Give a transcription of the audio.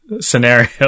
scenario